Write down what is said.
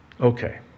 Okay